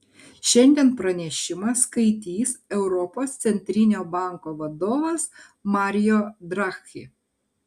šiandien pranešimą skaitys europos centrinio banko vadovas mario draghi